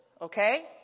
okay